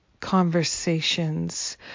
conversations